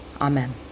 amen